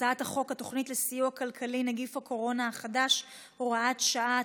הצעת חוק התוכנית לסיוע כלכלי (נגיף הקורונה החדש) (הוראת שעה),